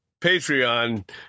Patreon